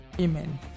Amen